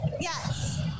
Yes